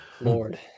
Lord